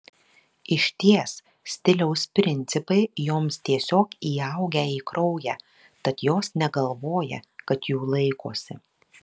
išties stiliaus principai joms tiesiog įaugę į kraują tad jos negalvoja kad jų laikosi